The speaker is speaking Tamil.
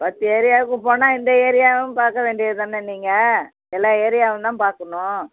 பத்து ஏரியாவுக்கு போனால் இந்த ஏரியாவும் பார்க்க வேண்டியது தானே நீங்கள் எல்லா ஏரியாவும்தான் பார்க்கணும்